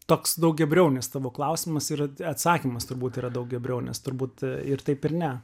toks daugiabriaunis tavo klausimas yra atsakymas turbūt yra daugiabriaunis turbūt ir taip ir ne